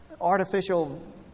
artificial